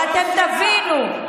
ואתם תבינו,